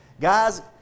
Guys